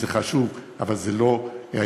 זה חשוב, אבל זה לא העיקר.